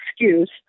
excuse